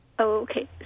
Okay